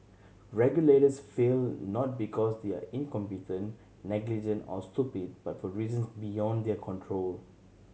regulators fail not because they are incompetent negligent or stupid but for reasons beyond their control